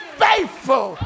faithful